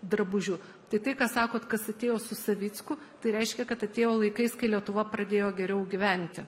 drabužių tai tai ką sakot kas atėjo su savicku tai reiškia kad atėjo laikais kai lietuva pradėjo geriau gyventi